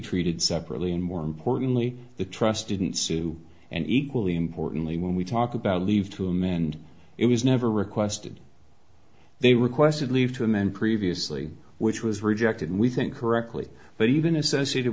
treated separately and more importantly the trust didn't sue and equally importantly when we talk about leave to amend it was never requested they requested leave to amend previously which was rejected we think correctly but even associated